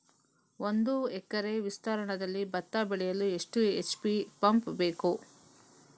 ಒಂದುಎಕರೆ ವಿಸ್ತೀರ್ಣದಲ್ಲಿ ಭತ್ತ ಬೆಳೆಯಲು ಎಷ್ಟು ಎಚ್.ಪಿ ಪಂಪ್ ಬೇಕು?